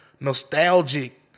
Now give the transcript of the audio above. nostalgic